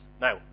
Now